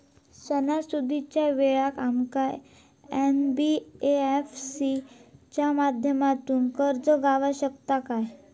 सणासुदीच्या वेळा आमका एन.बी.एफ.सी च्या माध्यमातून कर्ज गावात शकता काय?